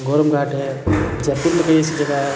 घोलघाट है जयपुर में भी ऐसी जगह है